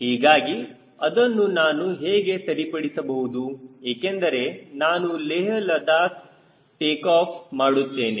ಹೀಗಾಗಿ ಅದನ್ನು ನಾನು ಹೇಗೆ ಸರಿಪಡಿಸಬಹುದು ಏಕೆಂದರೆ ನಾನು ಲೇಹದಿಂದ ಟೇಕಾಫ್ ಮಾಡುತ್ತೇನೆ